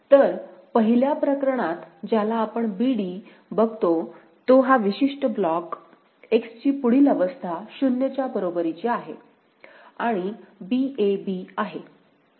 तर पहिल्या प्रकरणात ज्याला आपण b d बघतो तो हा विशिष्ट ब्लॉक X ची पुढील अवस्था 0 च्या बरोबरीची आहे आणि b a b आहे